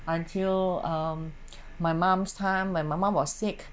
until um my mom's time when my mum was sick